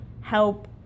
help